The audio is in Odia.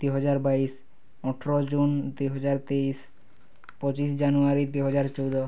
ଦୁଇ ହଜାର ବାଇଶି ଅଠର ଜୁନ୍ ଦୁଇ ହଜାର ତେଇଶି ପଚିଶି ଜାନୁଆରୀ ଦୁଇ ହଜାର ଚଉଦ